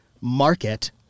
market